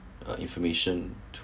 uh information to